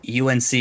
UNC